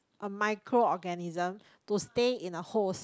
a micro organism to stay in a host